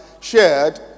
shared